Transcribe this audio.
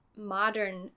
modern